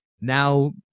now